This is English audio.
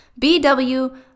BW